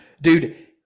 dude